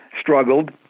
struggled